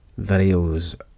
videos